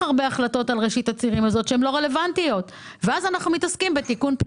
הרבה החלטות שהן לא רלוונטיות ואז אנחנו מתעסקים בתיקון.